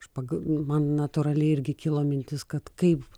špaga man natūraliai irgi kilo mintis kad kaip